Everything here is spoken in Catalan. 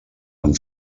amb